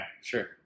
Sure